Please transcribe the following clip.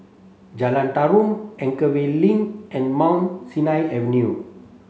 Jalan Tarum Anchorvale Link and Mount Sinai Avenue